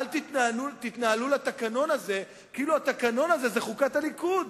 אל תתנהלו עם התקנון הזה כאילו התקנון הזה הוא חוקת הליכוד,